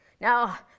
Now